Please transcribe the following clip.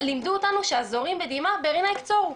לימדו אותנו שהזורעים בדמעה ברינה יקצורו.